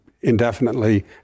indefinitely